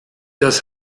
das